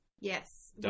Yes